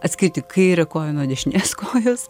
atskirti kairę koją nuo dešinės kojos